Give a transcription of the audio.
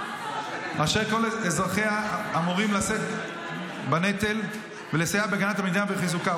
כל אזרחיה אמורים לשאת בנטל ולסייע בהגנת המדינה וחיזוקה.